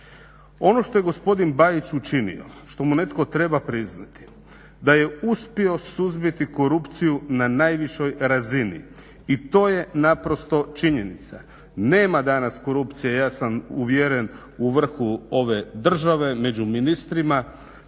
Ono što je gospodin Bajić učinio, što mu netko treba priznati da je uspio suzbiti korupciju na najvišoj razini i to je naprosto činjenica. Nema danas korupcije, ja sam uvjeren u vrhu ove države, među ministrima,